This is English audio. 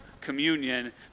communion